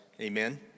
Amen